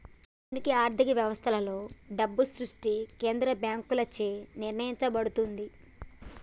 ఆధునిక ఆర్థిక వ్యవస్థలలో, డబ్బు సృష్టి కేంద్ర బ్యాంకులచే నియంత్రించబడుతుంది